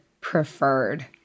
Preferred